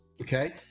okay